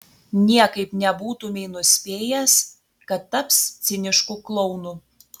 niekaip nebūtumei nuspėjęs kad taps cinišku klounu